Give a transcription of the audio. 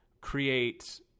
create